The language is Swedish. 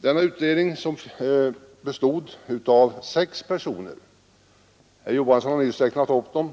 Denna utredning bestod av sex personer — herr Johansson i Trollhättan har nyss räknat upp dem